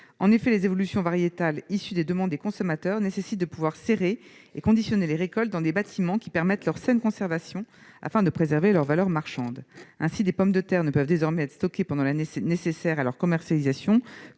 En effet, les évolutions variétales, issues des demandes des consommateurs, nécessitent de pouvoir serrer et conditionner les récoltes dans des bâtiments qui permettent leur saine conservation, afin de préserver leur valeur marchande. Ainsi, les pommes de terre ne peuvent désormais être stockées pendant l'année nécessaire à leur commercialisation